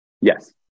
Yes